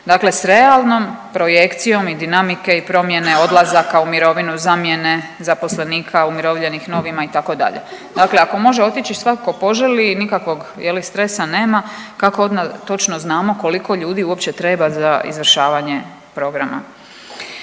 dakle sa realnom projekcijom i dinamike i promjene odlazaka u mirovinu, zamjene zaposlenika umirovljenih novima itd. Dakle, ako može otići svatko tko poželi, nikakvog je li stres nema. Kako onda točno znamo koliko ljudi uopće treba za izvršavanje programa?